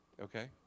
Okay